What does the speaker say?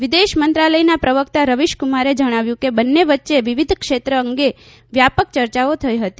વિદેશ મંત્રાલયના પ્રવક્તા રવીશ ક્રમારે જણાવ્યું કે બંન્ને વચ્ચે વિવિધ ક્ષેત્ર અંગે વ્યાપક ચર્ચાઓ થઈ હતી